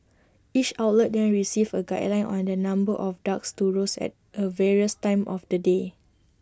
each outlet then receives A guideline on the number of ducks to roast at A various times of the day